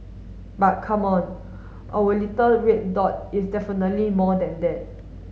but come on our little red dot is definitely more than that